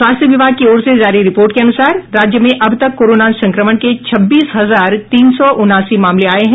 स्वास्थ्य विभाग की ओर से जारी रिपोर्ट के अनुसार राज्य में अब तक कोरोना संक्रमण के छब्बीस हजार तीन सौ उनासी मामले आये हैं